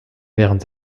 während